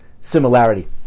similarity